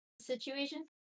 situation